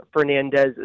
Fernandez